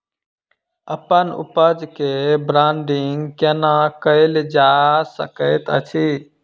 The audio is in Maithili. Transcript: अप्पन उपज केँ ब्रांडिंग केना कैल जा सकैत अछि?